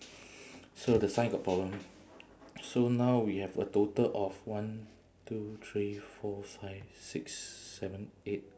so the sign got problem so now we have a total of one two three four five six seven eight